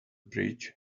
bridge